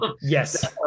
Yes